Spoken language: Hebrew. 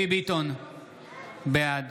בעד